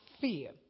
fear